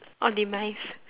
or demise